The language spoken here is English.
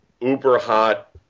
uber-hot